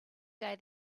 day